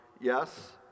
yes